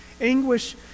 anguish